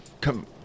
Come